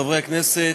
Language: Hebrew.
חברי הכנסת,